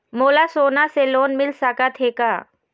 मोला सोना से लोन मिल सकत हे का?